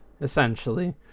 essentially